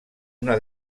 una